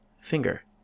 finger